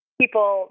people